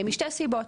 משתי סיבות,